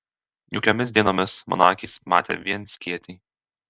niūkiomis dienomis mano akys matė vien skėtį